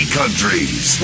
countries